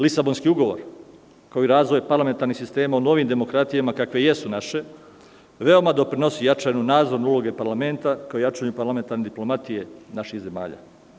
Lisabonski ugovor, kao i razvoj parlamentarnih sistema u novim demokratijama, kakve jesu naše, veoma doprinosi jačanju nadzorne uloge parlamenta, kao i jačanja parlamentarne diplomatije naših zemalja.